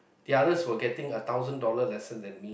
the others were getting a thousand dollar lesser than me